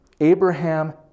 Abraham